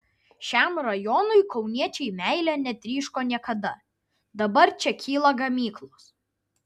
šiam rajonui kauniečiai meile netryško niekada dabar čia kyla gamyklos